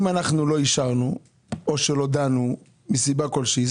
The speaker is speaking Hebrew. אם אנחנו לא אישרנו או שלא דנו מסיבה כלשהי,